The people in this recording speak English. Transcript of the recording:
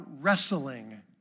wrestling